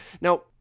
Now